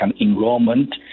enrollment